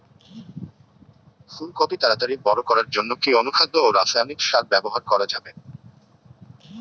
ফুল কপি তাড়াতাড়ি বড় করার জন্য কি অনুখাদ্য ও রাসায়নিক সার ব্যবহার করা যাবে?